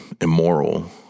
immoral